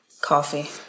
coffee